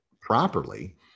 properly